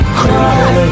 cry